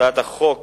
הצעת החוק